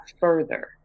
further